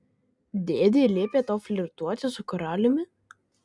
dėdė liepė tau flirtuoti su karaliumi